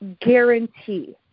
guarantee